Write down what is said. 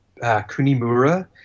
Kunimura